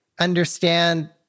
understand